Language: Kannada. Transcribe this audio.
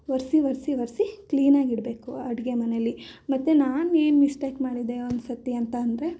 ಒರೆಸಿ ಒರೆಸಿ ಒರೆಸಿ ಕ್ಲೀನಾಗಿಡಬೇಕು ಅಡುಗೆ ಮನೆಯಲ್ಲಿ ಮತ್ತು ನಾನು ಏನು ಮಿಸ್ಟೇಕ್ ಮಾಡಿದ್ದೆ ಒಂದ್ಸರ್ತಿ ಅಂತ ಅಂದ್ರೆ